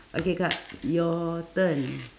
okay kak your turn